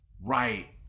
Right